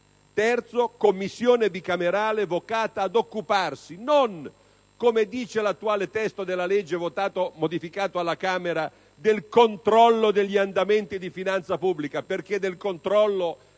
Commissione bicamerale vocata ad occuparsi non, come recita l'attuale testo della legge modificato alla Camera, del controllo degli andamenti di finanza pubblica, perché di questo